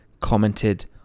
commented